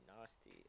nasty